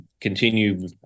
continue